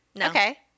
Okay